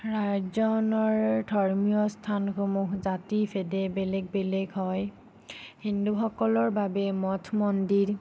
ৰাজ্য় এখনৰ ধৰ্মীয় স্থানসমূহ জাতি ভেদে বেলেগ বেলেগ হয় হিন্দুসকলৰ বাবে মঠ মন্দিৰ